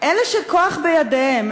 אלה שכוח בידיהם,